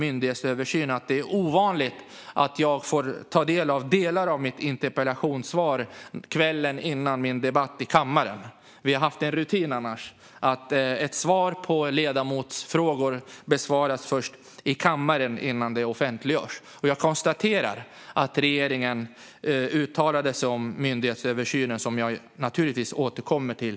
Där kunde jag kvällen innan vi har denna interpellationsdebatt läsa delar av svaret på min interpellation, vilket är ovanligt. Vi har annars haft som rutin att svaret på en ledamots frågor först ges i kammaren innan det offentliggörs. Jag konstaterar att regeringen uttalade sig om myndighetsöversynen, vilket jag naturligtvis strax återkommer till.